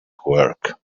work